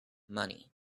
money